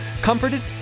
comforted